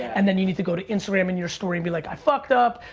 and then you need to go to instagram in your story and be like i fucked up,